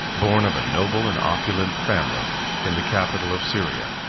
born of a noble and opulent family, in the capital of syria,